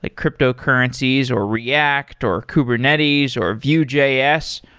like cryptocurrencies, or react, or kubernetes, or vue js,